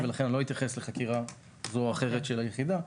ולכן לא אתייחס לחקירה זו או אחרת של היחידה.